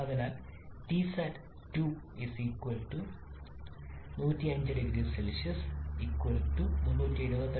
അതിനാൽ Tസാറ്റ് 2 105 0 സി 378